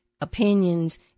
opinions